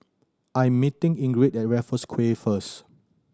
I am meeting Ingrid at Raffles Quay first